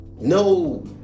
no